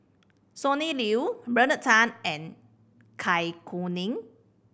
Sonny Liew Bernard Tan and Kuning